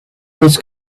his